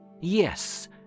Yes